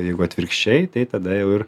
jeigu atvirkščiai tai tada jau ir